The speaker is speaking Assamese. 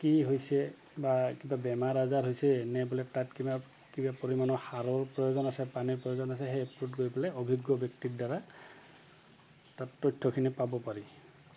কি হৈছে বা কিবা বেমাৰ আজাৰ হৈছে এনে বোলে তাত কিবা কিবা পৰিমাণৰ সাৰৰ প্ৰয়োজন আছে পানীৰ প্ৰয়োজন আছে সেই ওপৰত গৈ পেলাই অভিজ্ঞ ব্যক্তিৰ দ্বাৰা তাত তথ্যখিনি পাব পাৰি